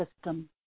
system